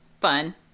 fun